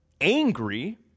angry